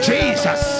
Jesus